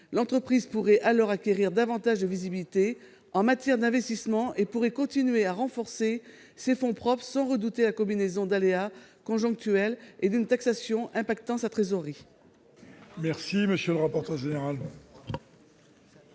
concernée pourrait alors acquérir davantage de visibilité en matière d'investissement et continuer à renforcer ses fonds propres sans redouter la combinaison d'aléas conjoncturels et d'une taxation impactant sa trésorerie.